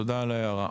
תודה על ההערה.